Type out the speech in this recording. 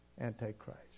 Antichrist